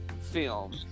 film